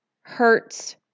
hurts